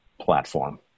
platform